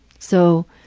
so.